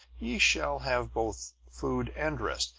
ye shall have both food and rest.